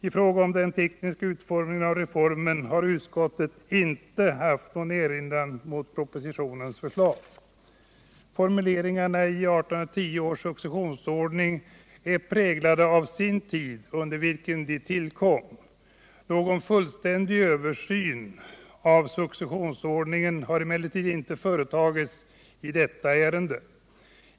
I fråga om den tekniska utformningen av reformen har utskottet inte haft någon erinran mot propositionens förslag. Formuleringarna i 1810 års successionsordning är präglade av den tid under vilken de tillkom. Någon fullständig översyn av successionsordningen har emellertid inte företagits i detta ärende.